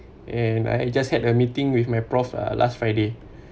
and I just had a meeting with my prof uh last friday